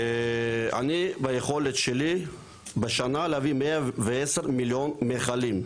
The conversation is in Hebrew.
אני ביכולת שלי בשנה להביא 110 מיליון מכלים.